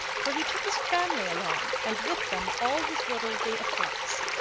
for he took his family along, and with them all his worldly effects.